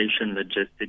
logistics